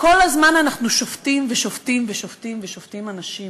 כל הזמן אנחנו שופטים ושופטים ושופטים ושופטים אנשים,